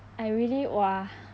I really !wah!